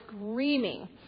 screaming